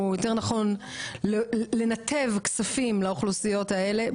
יותר נכון לנתב כספים לאוכלוסיות האלה,